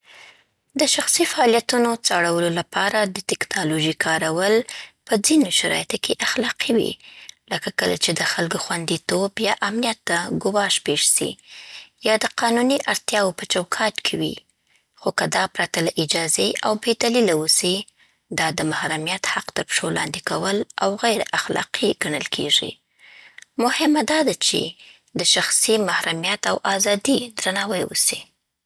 د شخصي فعالیتونو څارلو لپاره د ټیکنالوژۍ کارول په ځینو شرایطو کې اخلاقي وي، لکه کله چې د خلکو خوندیتوب یا امنیت ته ګواښ پېښ سي، یا د قانوني اړتیاوو په چوکاټ کې وي. خو که دا پرته له اجازې او بې دلیله وسي، دا د محرمیت حق تر پښو لاندې کول او غیر اخلاقي ګڼل کیږي. مهمه دا ده چې د شخصي محرمیت او ازادۍ درناوی وسي.